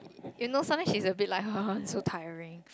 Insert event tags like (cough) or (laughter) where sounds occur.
you know sometimes she's a bit like (laughs) so tiring